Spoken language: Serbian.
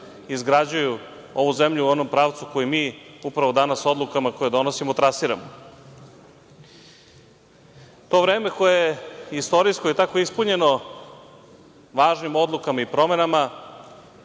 izgrađuju ovu zemlju u onom pravcu koji mi upravo danas odlukama koje donosimo trasiramo. To vreme koje je istorijsko i tako ispunjeno važnim odlukama i promenama